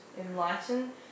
enlighten